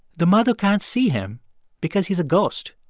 the mother can't see him because he's a ghost.